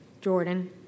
Jordan